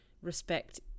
respect